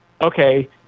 okay